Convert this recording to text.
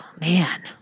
man